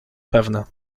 pewne